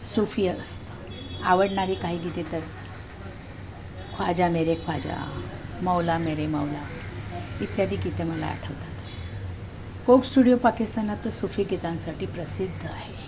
सुफी असतं आवडणारी काही गीते तर ख्वाजा मेरे ख्वाजा मौला मेरे मौला इत्यादी गीते मला आठवतात फोक स्टुडिओ पाकिस्तानतलं सुफी गीतांसाठी प्रसिद्ध आहे